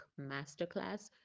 masterclass